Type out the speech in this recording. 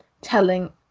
telling